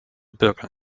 bürger